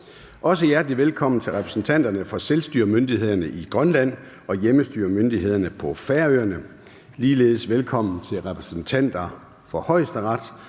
Også hjerteligt velkommen til repræsentanterne for selvstyremyndighederne i Grønland og hjemmestyremyndighederne på Færøerne. Ligeledes velkommen til repræsentanterne for Højesteret.